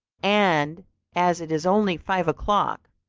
and as it is only five o'clock,